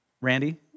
Randy